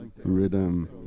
Rhythm